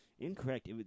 Incorrect